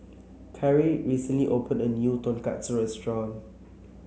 Khiry recently opened a new Tonkatsu restaurant